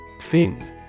Fin